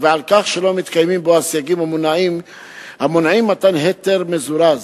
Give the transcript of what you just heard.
ועל כך שלא מתקיימים בו הסייגים המונעים מתן היתר מזורז.